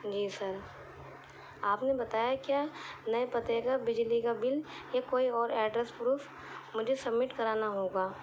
جی sir آپ نے بتایا کیا نئے پتے کا بجلی کا بل یا کوئی ایڈریس پروف مجھے سبمٹ کرانا ہوگا